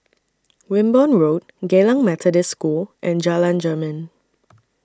Wimborne Road Geylang Methodist School and Jalan Jermin